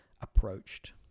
approached